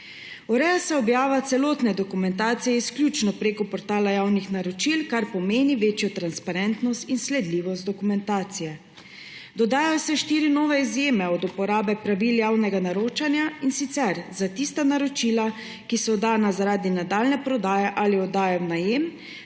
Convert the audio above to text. Ureja se objava celotne dokumentacije izključno prek portala javnih naročil, kar pomeni večjo transparentnost in sledljivost dokumentacije. Dodajo se štiri nove izjeme od uporabe pravil javnega naročanja, in sicer za tista naročila, ki so oddana zaradi nadaljnje prodaje ali oddaje v najem,